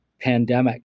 pandemic